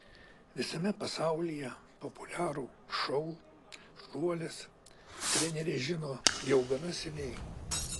visame pasaulyje populiarų šou šuolis trenerė žino jau gana seniai